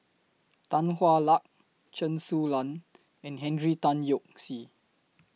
Tan Hwa Luck Chen Su Lan and Henry Tan Yoke See